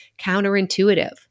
counterintuitive